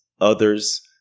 others